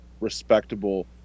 respectable